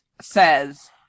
says